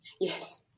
Yes